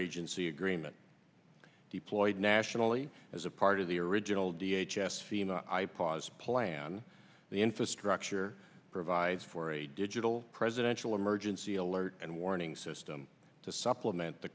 agency agreement deployed nationally as a part of the original d h s s fema i pause plan the infrastructure provides for a digital presidential emergency alert and warning system to supplement the